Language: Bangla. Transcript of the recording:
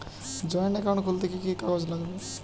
জয়েন্ট একাউন্ট খুলতে কি কি কাগজ লাগবে?